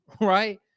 right